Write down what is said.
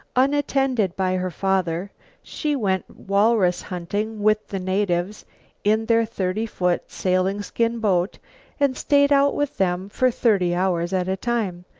unattended by her father, she went walrus hunting with the natives in their thirty-foot, sailing skin-boat and stayed out with them for thirty hours at a time,